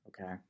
okay